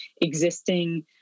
existing